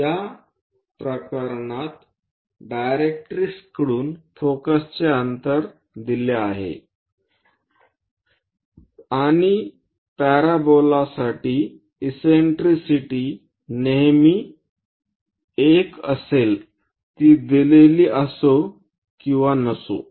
या प्रकरणात डायरेक्ट्रिक्सकडून फोकसचे अंतर दिले आहे आणि पॅरोबोलासाठी इससेन्ट्रिसिटी नेहमी 1 असेल ती दिलेली असो किंवा नसो